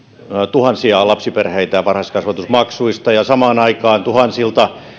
tuhansia lapsiperheitä varhaiskasvatusmaksuista ja samaan aikaan tuhansilta